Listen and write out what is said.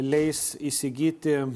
leis įsigyti